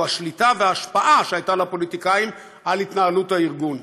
הוא השליטה והשפעה שהייתה לפוליטיקאים על התנהלות הארגון.